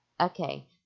Okay